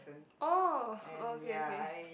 oh okay okay